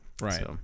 Right